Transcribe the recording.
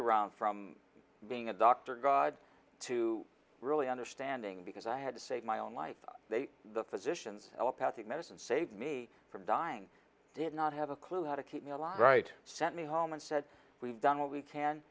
around from being a doctor god to really understanding because i had to say my own life they the physicians allopathy medicine saved me from dying did not have a clue how to keep me alive right sent me home and said we've done